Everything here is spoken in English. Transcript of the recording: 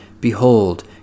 Behold